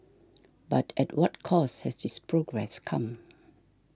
but at what cost has this progress come